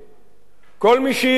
כל מי שיראה ב-YouTube